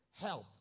help